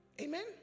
Amen